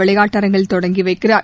விளையாட்டரங்கில் தொடங்கி வைக்கிறார்